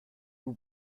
vous